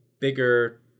bigger